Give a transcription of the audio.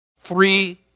three